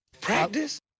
Practice